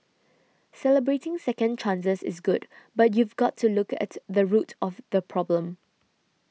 celebrating second chances is good but you've got to look at the root of the problem